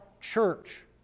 church